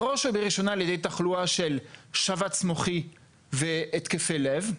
בראש ובראשונה על ידי תחלואה של שבץ מוחי והתקפי לב,